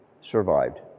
survived